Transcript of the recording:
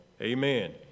amen